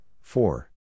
four